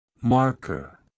Marker